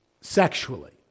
sexually